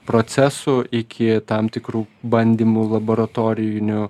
procesų iki tam tikrų bandymų laboratorinių